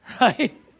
Right